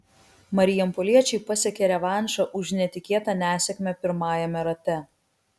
marijampoliečiai pasiekė revanšą už netikėtą nesėkmę pirmajame rate